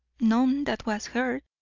none that was heard,